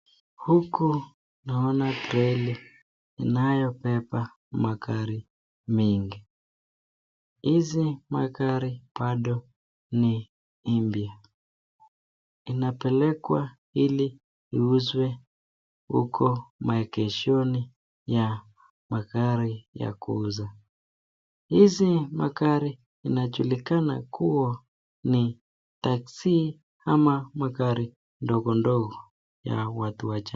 Huku tunaona trela inayobeba magari mingi, hizi magari bado ni mpya. Inapelekwa ili iuzwe huko maegeshoni ya magari ya kuuza. Hizi magari inajulikana kuwa ni taksi ama magari ndogo ndogo ya watu wachache.